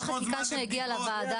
יש חקיקה שהגיעה לוועדה גם.